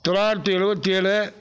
தொள்ளாயிரத்து எழுபத்தி ஏழு